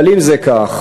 אבל אם זה כך,